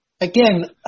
again